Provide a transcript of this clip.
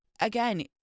again